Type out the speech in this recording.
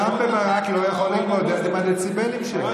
רם בן ברק לא יכול להתמודד עם הדציבלים שלך,